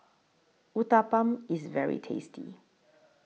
Uthapam IS very tasty